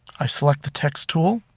i select the text tool.